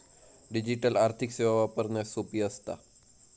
digital आर्थिक सेवा वापरण्यास सोपी असता